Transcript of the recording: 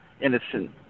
innocent